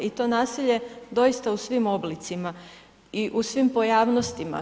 I to nasilje doista u svim oblicima i u svim pojavnostima.